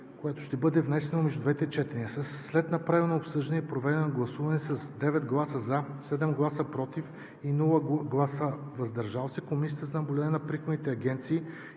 което да бъде внесено между двете четения. След направеното обсъждане и проведеното гласуване с 9 гласа „за“, 7 гласа „против“ и без „въздържал се“ Комисията за наблюдение на приходните агенции